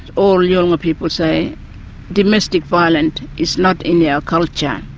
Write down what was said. all yolngu people say domestic violence is not in yeah our culture.